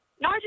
no